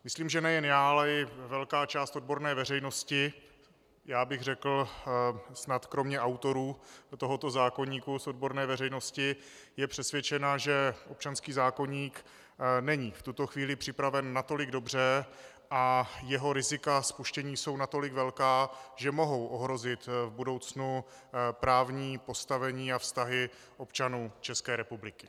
Myslím, že nejen já, ale i velká část odborné veřejnosti, řekl bych snad kromě autorů tohoto zákoníku z odborné veřejnosti, je přesvědčena, že občanský zákoník není v tuto chvíli připraven natolik dobře a jeho rizika spuštění jsou natolik velká, že mohou ohrozit v budoucnu právní postavení a vztahy občanů České republiky.